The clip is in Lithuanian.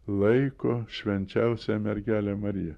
laiko švenčiausiąją mergelę mariją